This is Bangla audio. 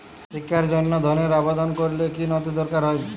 শিক্ষার জন্য ধনের আবেদন করলে কী নথি দরকার হয়?